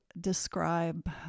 describe